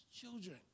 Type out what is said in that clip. children